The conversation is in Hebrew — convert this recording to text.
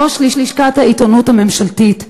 ראש לשכת העיתונות הממשלתית: